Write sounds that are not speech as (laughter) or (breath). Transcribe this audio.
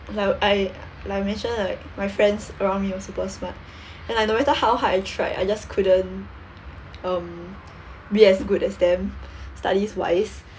like I like I mentioned like my friends around me were super smart (breath) and I no matter how hard I tried I just couldn't um be as good as them (breath) study wise